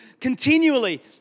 continually